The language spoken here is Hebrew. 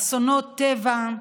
אסונות טבע,